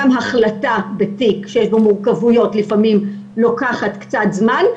גם החלטה בתיק שיש בו מורכבויות לפעמים לוקחת קצת זמן.